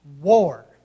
war